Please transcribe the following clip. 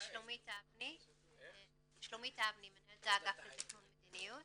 אני מנהלת האגף לתכנון מדיניות